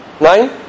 Nine